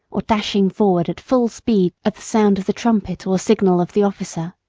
or dashing forward at full speed at the sound of the trumpet or signal of the officer.